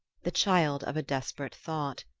the child of a desperate thought.